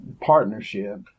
partnership